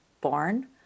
born